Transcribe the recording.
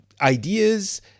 ideas